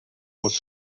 was